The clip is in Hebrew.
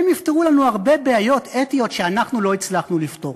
הם יפתרו לנו הרבה בעיות אתיות שאנחנו לא הצלחנו לפתור.